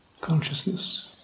consciousness